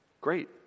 Great